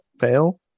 Fail